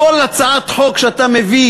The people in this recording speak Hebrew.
כל הצעת חוק שאתה מביא,